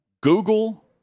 Google